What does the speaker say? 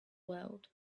world